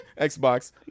xbox